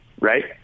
right